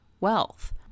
wealth